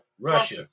Russia